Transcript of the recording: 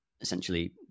essentially